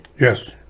Yes